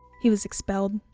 he was expelled,